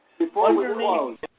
Underneath